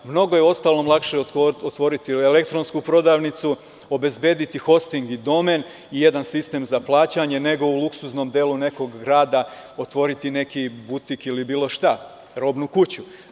Mnogo je, uostalom, lakše otvoriti elektronsku prodavnicu, obezbediti hosting i domen i jedan sistem za plaćanje, nego u luksuznom delu nekog grada otvoriti neki butik, ili bilo šta, robnu kuću.